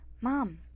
Mom